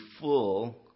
full